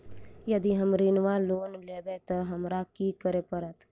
यदि हम ऋण वा लोन लेबै तऽ हमरा की करऽ पड़त?